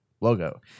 logo